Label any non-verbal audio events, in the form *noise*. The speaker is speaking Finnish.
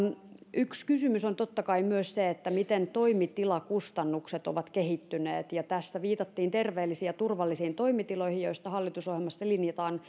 yksi kysymys on totta kai myös se miten toimitilakustannukset ovat kehittyneet ja tässä viitattiin terveellisiin ja turvallisiin toimitiloihin joista hallitusohjelmassa linjataan *unintelligible*